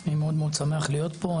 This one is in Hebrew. אני מאוד מאוד שמח להיות פה,